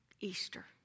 Easter